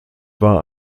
war